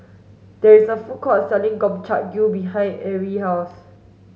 there is a food court selling Gobchang Gui behind Arielle's house